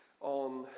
on